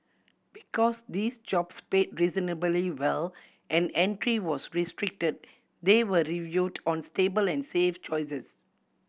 because these jobs paid reasonably well and entry was restricted they were viewed as stable and safe choices